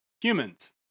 humans